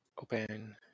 Open